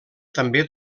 també